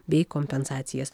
bei kompensacijas